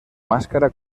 máscara